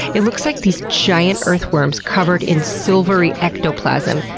it looks like these giant earthworms covered in silvery ectoplasm,